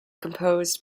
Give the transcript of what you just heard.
composed